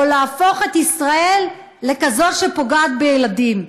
או להפוך את ישראל לכזאת שפוגעת בילדים.